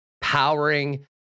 powering